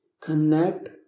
Connect